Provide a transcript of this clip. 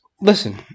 Listen